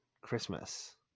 christmas